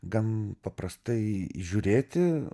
gan paprastai žiūrėti